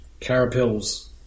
carapils